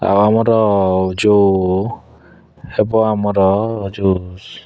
ଆଉ ଆମର ଯେଉଁ ହେବ ଆମର ଯେଉଁ